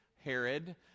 Herod